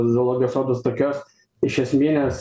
zoologijos sodas tokios iš esminės